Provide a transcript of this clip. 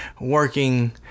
working